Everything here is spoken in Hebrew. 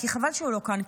חבל שהוא לא כאן,